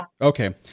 Okay